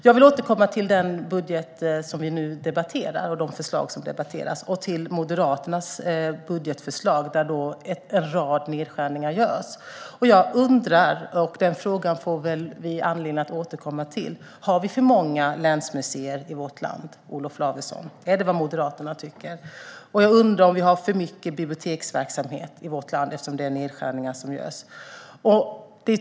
Jag vill återkomma till den budget och de förslag som vi nu debatterar och till Moderaternas budgetförslag, där en rad nedskärningar görs. Jag har några frågor, och vi får väl anledning att återkomma till dem. Har vi för många länsmuseer i vårt land, Olof Lavesson? Är det vad Moderaterna tycker? Har vi för mycket biblioteksverksamhet i vårt land, eftersom det görs nedskärningar på det i er budget?